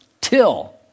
Till